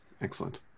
Excellent